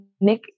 Nick